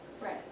Right